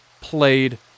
played